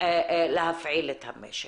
להפעיל את המשק.